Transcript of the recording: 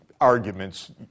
arguments